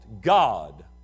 God